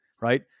Right